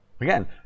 again